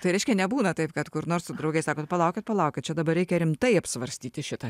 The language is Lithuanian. tai reiškia nebūna taip kad kur nors su draugais sakot palaukit palaukit čia dabar reikia rimtai apsvarstyti šitą